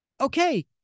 Okay